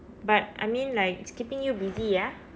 but I mean like it's keeping you busy ya